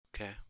Okay